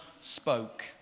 spoke